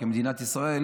מדינת ישראל,